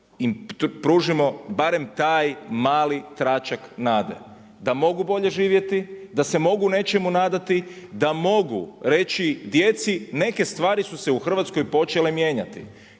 pružimo barem taj mali tračak nade, da mogu bolje živjeti, da se mogu nečemu nadati, da mogu reći djeci neke stvari su se u Hrvatskoj su se počele mijenjati.